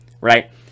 right